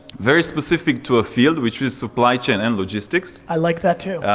very specific to a field, which is supply chain and logistics. i like that, too.